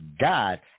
God